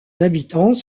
habitants